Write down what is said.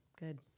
Good